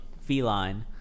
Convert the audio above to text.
feline